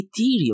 Ethereum